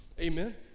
Amen